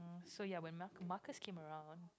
so ya when mar~ markers came around